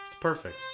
Perfect